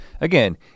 again